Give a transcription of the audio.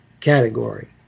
category